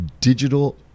digital